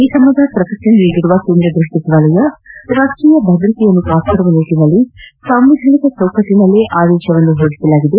ಈ ಸಂಬಂಧ ಪ್ರಕಟನೆ ನೀಡಿರುವ ಕೇಂದ್ರ ಗೃಹ ಸಚಿ ಲಯ ರಾಷ್ವೀಯ ಭದ್ರತೆಯನ್ನು ಕಾಪಾಡುವ ನಿಟ್ಟಿನಲ್ಲಿ ಸಂವಿಧಾನದ ಚೌಕಟ್ಟಿನಲ್ಲೇ ಆದೇಶ ಹೊರಡಿಸಲಾಗಿದೆ